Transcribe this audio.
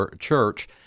church